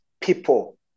people